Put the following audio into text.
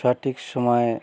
সঠিক সময়ে